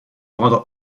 rendre